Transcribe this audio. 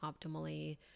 optimally